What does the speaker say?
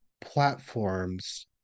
platforms